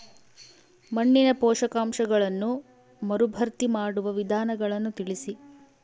ಮಣ್ಣಿನ ಪೋಷಕಾಂಶಗಳನ್ನು ಮರುಭರ್ತಿ ಮಾಡುವ ವಿಧಾನಗಳನ್ನು ತಿಳಿಸಿ?